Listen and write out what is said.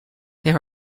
there